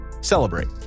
celebrate